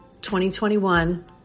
2021